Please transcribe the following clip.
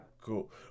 cool